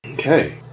Okay